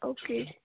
okay